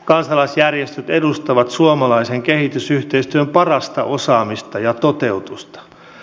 kansalaisjärjestöt edustavat suomalaisen kehitysyhteistyön parasta osaamista ja toteutusta